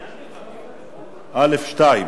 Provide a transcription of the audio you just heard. (ב)(2):